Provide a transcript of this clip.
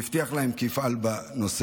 והבטיח להם כי יפעל בנושא.